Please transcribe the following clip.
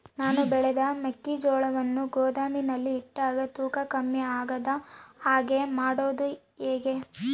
ನಾನು ಬೆಳೆದ ಮೆಕ್ಕಿಜೋಳವನ್ನು ಗೋದಾಮಿನಲ್ಲಿ ಇಟ್ಟಾಗ ತೂಕ ಕಮ್ಮಿ ಆಗದ ಹಾಗೆ ಮಾಡೋದು ಹೇಗೆ?